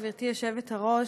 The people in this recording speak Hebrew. גברתי היושבת-ראש,